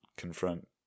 confront